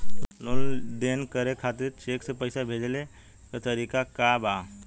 लेन देन करे खातिर चेंक से पैसा भेजेले क तरीकाका बा?